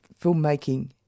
filmmaking